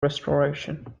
restoration